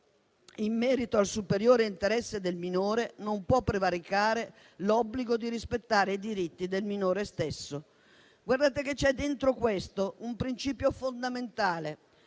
in merito al superiore interesse del minore non può prevaricare l'obbligo di rispettare i diritti del minore stesso. Guardate che all'interno di questo commentario c'è un principio fondamentale,